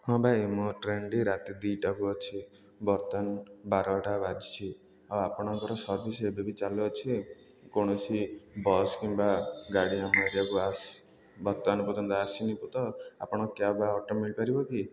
ହଁ ଭାଇ ମୋ ଟ୍ରେନ୍ଟି ରାତି ଦୁଇଟାକୁ ଅଛି ବର୍ତ୍ତମାନ ବାରଟା ବାଜିିଛି ଆଉ ଆପଣଙ୍କର ସର୍ଭିସ୍ ଏବେ ବି ଚାଲୁଅଛି କୌଣସି ବସ୍ କିମ୍ବା ଗାଡ଼ି ଆମ ଏରିଆକୁ ଆସ୍ ବର୍ତ୍ତମାନ ପର୍ଯ୍ୟନ୍ତ ଆସିନି ବୁ ତ ଆପଣ କ୍ୟାବ୍ ବା ଅଟୋ ମିଳିପାରିବ କି